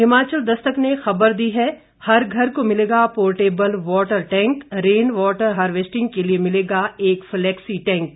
हिमाचल दस्तक ने खबर दी है हर घर को मिलेगा portable water tank rain water harvesting के लिए मिलेगा एक फ्लैक्सी टैंक